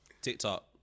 TikTok